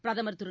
பிரதமர் திரு